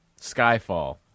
Skyfall